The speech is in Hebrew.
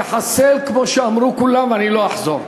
לחסל, כמו שאמרו כולם, ואני לא אחזור.